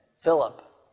Philip